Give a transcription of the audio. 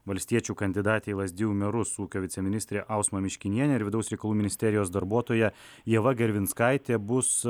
valstiečių kandidatė į lazdijų merus ūkio viceministrė ausma miškinienė ir vidaus reikalų ministerijos darbuotoja ieva gervinskaitė bus